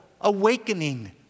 awakening